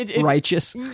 righteous